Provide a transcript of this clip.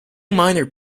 minor